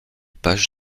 page